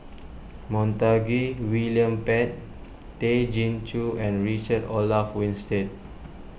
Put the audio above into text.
Montague William Pett Tay Chin Joo and Richard Olaf Winstedt